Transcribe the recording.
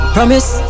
Promise